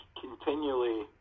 continually